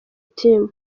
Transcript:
team